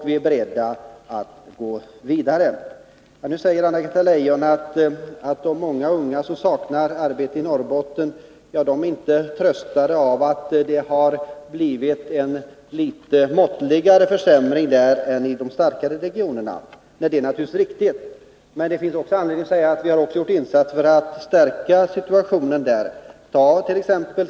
Vi är beredda att gå vidare. Anna-Greta Leijon påstår att de många unga i Norrbotten som saknar arbete inte är tröstade av att det har blivit en litet måttligare försämring där än i de starkare regionerna. Det är naturligtvis riktigt. Men det finns anledning framhålla att vi även har gjort insatser för att stärka situationen där.